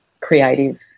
creative